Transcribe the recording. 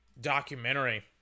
documentary